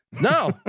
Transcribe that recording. No